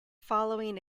following